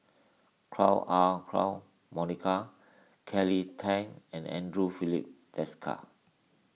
Chua Ah Huwa Monica Kelly Tang and andre Filipe Desker